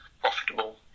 profitable